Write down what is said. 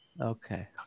Okay